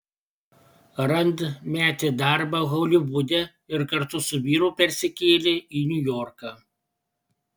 rand metė darbą holivude ir kartu su vyru persikėlė į niujorką